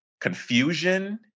confusion